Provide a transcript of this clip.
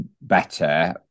better